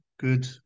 Good